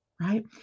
right